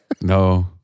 No